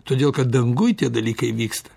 todėl kad danguj tie dalykai vyksta